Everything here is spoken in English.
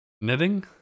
Knitting